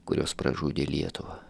kurios pražudė lietuvą